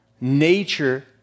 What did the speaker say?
nature